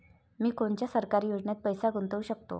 मी कोनच्या सरकारी योजनेत पैसा गुतवू शकतो?